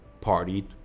partied